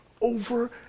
Over